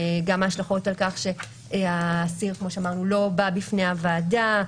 גם ההשלכות על-כך שהאסיר לא בא בפני הוועדה,